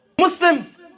Muslims